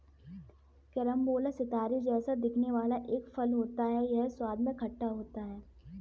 carambola सितारे जैसा दिखने वाला एक फल होता है यह स्वाद में खट्टा होता है